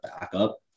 backup